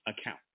account